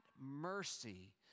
mercy